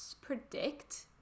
predict